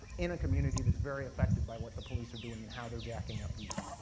in a community that's very effected by what the police are doing, and how they're jacking up youth.